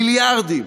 מיליארדים,